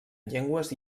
llengües